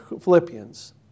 Philippians